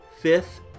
fifth